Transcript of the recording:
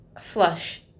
flush